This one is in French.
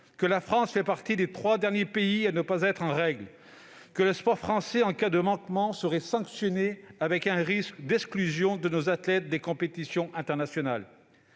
que la France fait partie des trois derniers pays à ne pas être en règle, qu'en cas de manquement le sport français serait sanctionné avec un risque d'exclusion de nos athlètes des compétitions internationales.